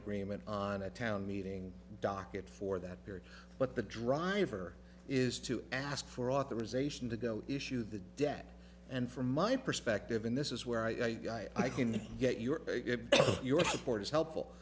agreement on a town meeting docket for that period but the driver is to ask for authorization to go issue the debt and from my perspective and this is where i i can get your get your support is helpful